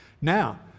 now